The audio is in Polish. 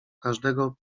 każdego